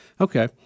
okay